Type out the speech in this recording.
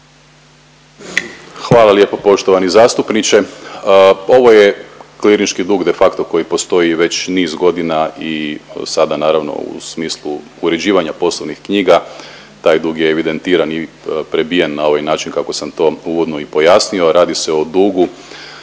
Hvala lijepo poštovani zastupniče. Ovo je klinički dug de facto koji postoji već niz godina i sada naravno u smislu uređivanja poslovnih knjiga taj dug je evidentiran i prebijen na ovaj način kako sam to uvodno i pojasnio. Radi se o dugu